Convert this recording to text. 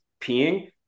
peeing